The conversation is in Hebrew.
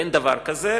אין דבר כזה.